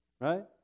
right